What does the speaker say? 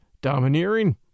domineering